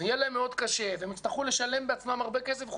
יהיה להם מאוד קשה והם יצטרכו לשלם בעצמם הרבה כסף,